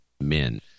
Men